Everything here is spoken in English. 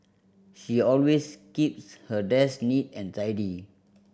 she always keeps her desk neat and tidy